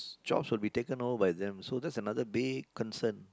jobs will be taken all by them